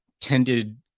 tended